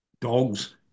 Dogs